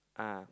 ah